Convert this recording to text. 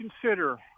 consider